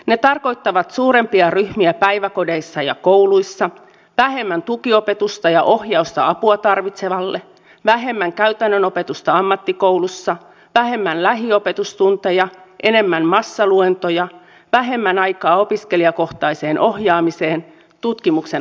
ne tarkoittavat suurempia ryhmiä päiväkodeissa ja kouluissa vähemmän tukiopetusta ja ohjausta apua tarvitsevalle vähemmän käytännön opetusta ammattikoulussa vähemmän lähiopetustunteja enemmän massaluentoja vähemmän aikaa opiskelijakohtaiseen ohjaamiseen tutkimuksen alasajoa